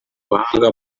ubuhanga